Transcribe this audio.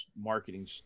marketing